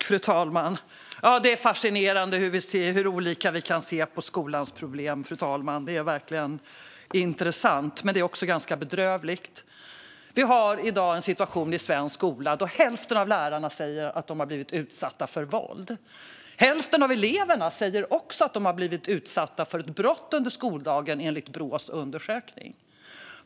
Fru talman! Det är fascinerande hur olika vi kan se på skolans problem. Det är verkligen intressant, men det är också ganska bedrövligt. Vi har i dag en situation i svensk skola där hälften av lärarna säger att de har blivit utsatta för våld. Hälften av eleverna säger också att de har blivit utsatta för brott under skoldagen, enligt Brås undersökning.